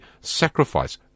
sacrifice